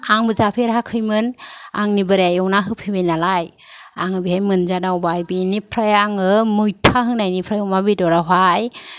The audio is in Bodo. आंबो जाफेराखैमोन आंनि बोराया एवना होफैबाय नालाय आङो बेहाय मोनजादावबाय बेनिफ्राय आङो मैथा होनायनिफ्राय अमा बेदरावहाय